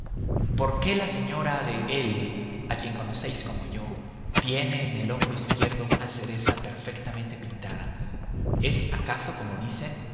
por qué la señora de l a quien conocéis como yo tiene en el hombro izquierdo una cereza perfectamente pintada es acaso como dicen